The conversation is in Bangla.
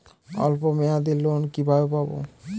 অল্প মেয়াদি লোন কিভাবে পাব?